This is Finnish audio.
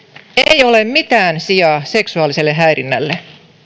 ei ole mitään sijaa seksuaaliselle häirinnälle